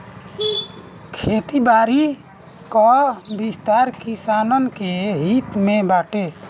खेती बारी कअ विस्तार किसानन के हित में बाटे